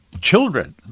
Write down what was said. children